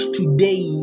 today